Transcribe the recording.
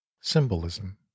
Symbolism